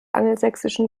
angelsächsischen